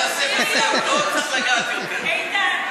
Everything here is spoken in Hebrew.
איתן,